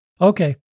Okay